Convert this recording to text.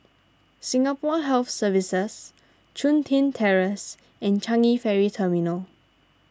Singapore Health Services Chun Tin Terrace and Changi Ferry Terminal